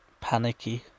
panicky